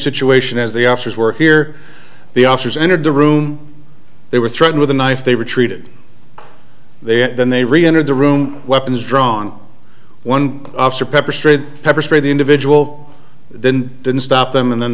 situation as the officers were here the officers entered the room they were threatened with a knife they were treated there then they re entered the room weapons drawn one officer pepper sprayed pepper sprayed the individual then didn't stop them and then